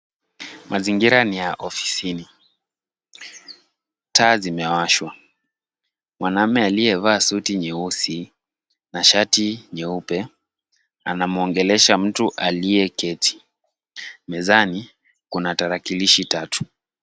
Mazingira ni ya ofisini. Taa zime washwa. Mwaname, aliyevaa suti nyeusi, na shati nyeupe. Anamwongelesha mtu aliye keti. Mezani kuna tarakilishi tatu.